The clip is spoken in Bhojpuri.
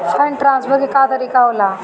फंडट्रांसफर के का तरीका होला?